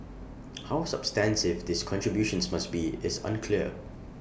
how substantive these contributions must be is unclear